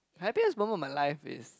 happiest moment of my life is